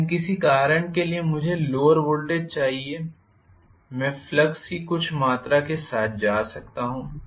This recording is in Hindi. लेकिन किसी कारण के लिए मुझे लोवर वोल्टेज चाहिए मैं फ्लक्स की कम मात्रा के साथ जा सकता हूं